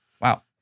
Wow